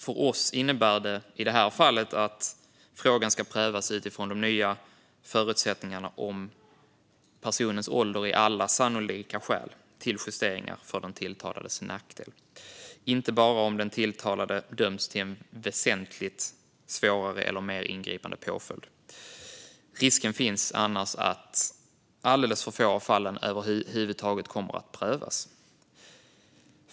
För oss innebär det i det här fallet att frågan ska prövas utifrån de nya förutsättningarna om personens ålder när det gäller alla sannolika skäl till justeringar till den tilltalades nackdel, inte bara om den tilltalade dömts till en väsentligt svårare eller mer ingripande påföljd. Risken finns annars att alldeles för få av fallen över huvud taget kommer att prövas.